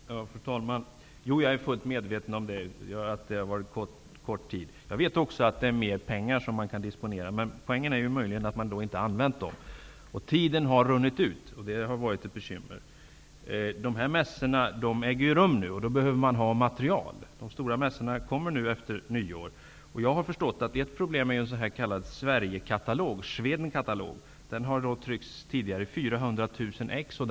Fru talman! Jag är fullt medveten om att man har haft kort tid till förfogande. Jag vet också att man har mer pengar att disponera. Poängen är möjligen den att man inte har använt dem. Tiden har runnit ut, vilket har varit ett bekymmer. Man behöver nu material till mässor, och de stora mässorna kommer efter nyår. Jag har förstått att ett av problemen är Sverigekatalogen, Schweden Katalog, som tidigare har tryckts i 400 000 exemplar.